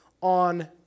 on